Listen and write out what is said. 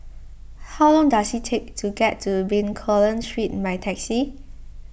how long does it take to get to Bencoolen Street by taxi